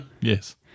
Yes